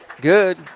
good